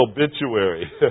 obituary